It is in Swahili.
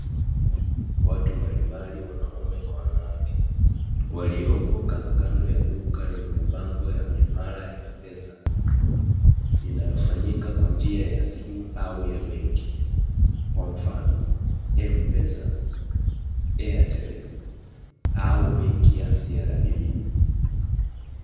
Watu mbalimbali wanaume kwa wanawake, waliopo kandokando ya duka lenye mabango ya miamala ya kipesa, inayofanyika kwa njia ya simu au ya benki kwa mfano "M-PESA, AIRTEL" au benki ya "CRDB".